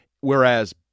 Whereas